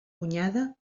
cunyada